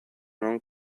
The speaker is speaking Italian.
non